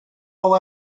much